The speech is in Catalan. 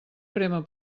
crema